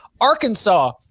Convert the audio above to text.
Arkansas